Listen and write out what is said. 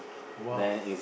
!woah!